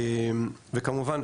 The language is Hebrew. וכמובן,